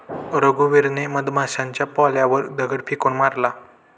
रघुवीरने मधमाशांच्या पोळ्यावर दगड फेकून मारला